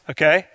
Okay